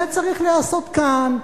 זה צריך להיעשות כאן,